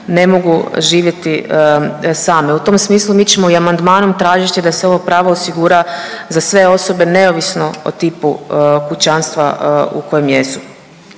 ne mogu živjeti same. U tom smislu mi ćemo i amandmanom tražiti da se ovo pravo osigura za sve osobe neovisno o tipu kućanstva u kojem jesu.